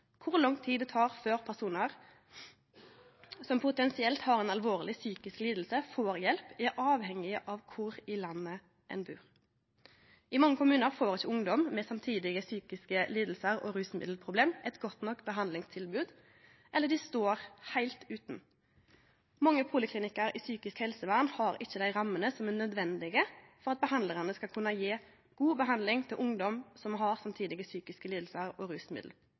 Kor lang tid det tek før personar som potensielt har ei alvorleg psykisk liding, får hjelp, er avhengig av kvar i landet ein bur. I mange kommunar får ikkje ungdom med samtidige psykiske lidingar og rusmiddelproblem eit godt nok behandlingstilbod, eller dei står heilt utan. Mange poliklinikkar i psykisk helsevern har ikkje dei rammene som er nødvendige for at behandlarane skal kunne gje god behandling til ungdom som har samtidige psykiske lidingar og